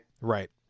Right